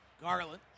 Garland